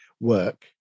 work